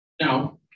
Now